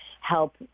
help